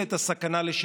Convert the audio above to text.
דואגת אך ורק לעצמה.